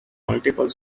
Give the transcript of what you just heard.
multiple